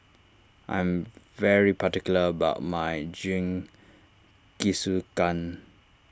I am very particular about my Jingisukan